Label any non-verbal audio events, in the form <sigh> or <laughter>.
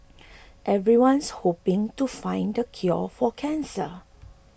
<noise> everyone's hoping to find the cure for cancer